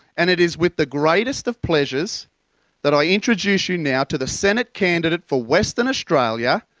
and it is with the greatest of pleasures that i introduce you now to the senate candidate for western australia,